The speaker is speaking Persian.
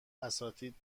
اساتید